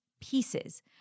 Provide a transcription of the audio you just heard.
pieces